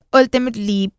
ultimately